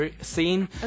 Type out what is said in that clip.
scene